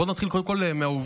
בוא נתחיל קודם כול מהעובדות,